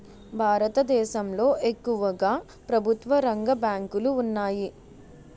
భారతదేశంలో ఎక్కువుగా ప్రభుత్వరంగ బ్యాంకులు ఉన్నాయి